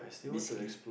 basically